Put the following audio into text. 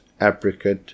apricot